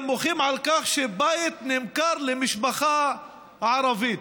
הם מוחים על כך שבית נמכר למשפחה ערבית.